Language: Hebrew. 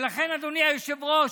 ולכן, אדוני היושב-ראש,